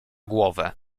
głowę